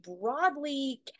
broadly